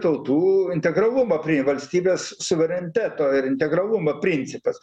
tautų integralumo prie valstybės suvereniteto ir integralumo principas